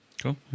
Cool